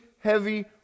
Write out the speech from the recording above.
heavy